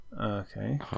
Okay